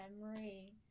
memory